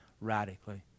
radically